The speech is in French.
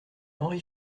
henri